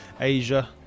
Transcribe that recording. Asia